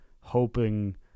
hoping